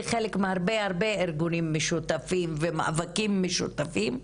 חלק מהרבה הרבה ארגונים משותפים ומאבקים משותפים,